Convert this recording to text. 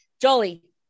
jolie